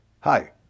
Hi